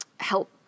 help